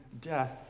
death